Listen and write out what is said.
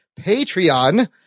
Patreon